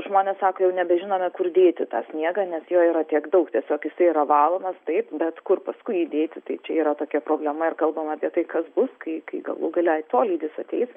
žmonės sako jau nebežinome kur dėti tą sniegą nes jo yra tiek daug tiesiog jisai yra valomas taip bet kur paskui jį dėti tai čia yra tokia problema ir kalbama apie tai kas bus kai kai galų gale atolydis ateis